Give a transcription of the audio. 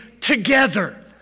together